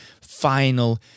final